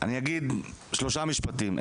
אני אגיד שלושה משפטים,